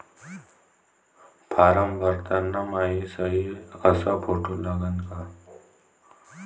Form भरताना मायी सयी अस फोटो लागन का?